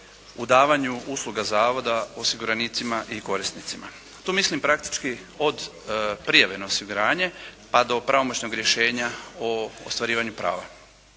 u davanju usluga Zavoda osiguranicima i korisnicima. Tu mislim praktički od prijave na osiguranje pa do pravomoćnog rješenja o ostvarivanju prava.